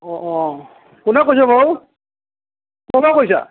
অঁ অঁ কোনে কৈছে বাৰু ক'ৰপা কৈছা